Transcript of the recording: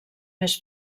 més